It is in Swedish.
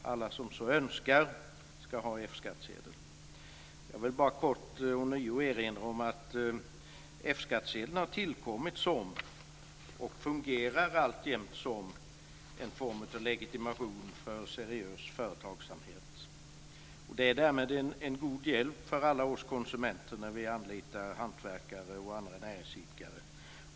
Alla som så önskar ska ha F Jag vill bara kort ånyo erinra om att F-skattsedeln har tillkommit som och fungerar alltjämt som en form av legitimation för seriös företagsamhet. Den är därmed en god hjälp för alla oss konsumenter när vi anlitar hantverkare och andra näringsidkare.